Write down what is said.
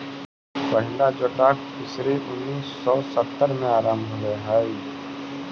पहिला जोटाक फिशरी उन्नीस सौ सत्तर में आरंभ होले हलइ